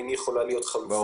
האם היא יכולה להיות חלופה.